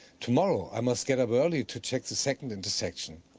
tomorrow, i must get up early to check the second intersection.